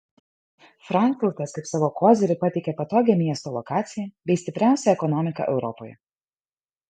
frankfurtas kaip savo kozirį pateikia patogią miesto lokaciją bei stipriausią ekonomiką europoje